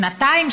שנתיים,